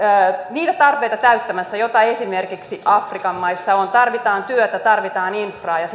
niitä tarpeita täyttämässä joita esimerkiksi afrikan maissa on tarvitaan työtä tarvitaan infraa ja